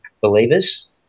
believers